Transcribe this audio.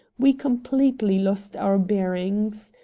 we completely lost our bearings.